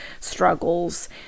struggles